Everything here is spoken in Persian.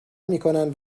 میکنن